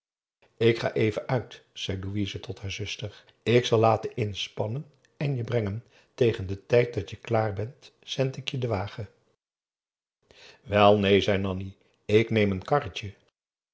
ik ga even uit zei louise tot haar zuster ik zal laten inspannen en je brengen tegen den tijd dat je klaar bent zend ik je den wagen wel neen zei nanni ik neem een karretje